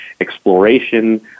exploration